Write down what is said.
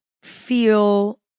feel